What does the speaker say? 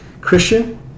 Christian